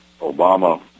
Obama